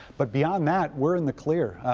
but beyond that, we're in the clear,